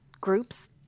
groups